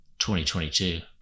2022